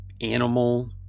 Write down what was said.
animal